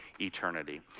eternity